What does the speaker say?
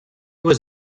was